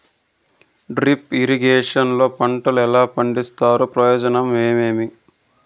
Drip irrigation లో పంటలు ఎలా పండిస్తారు ప్రయోజనం ఏమేమి?